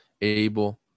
able